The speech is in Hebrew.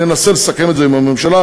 ננסה לסכם את זה עם הממשלה,